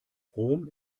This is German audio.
rom